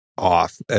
Off